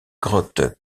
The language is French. grottes